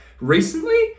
recently